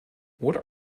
what